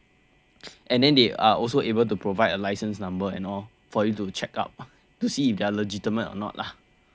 and then they are also able to provide a license number and all for you to check up to see if they're legitimate or not lah